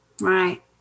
Right